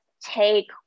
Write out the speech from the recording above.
take